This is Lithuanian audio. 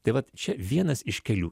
tai vat čia vienas iš kelių